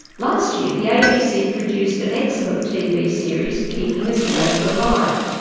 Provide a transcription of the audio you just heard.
last year, the abc produced an excellent tv series keeping australia alive.